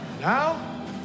Now